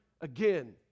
again